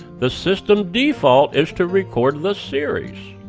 the system default is to record the series.